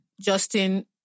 Justin